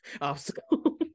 obstacle